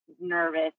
nervous